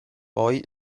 poi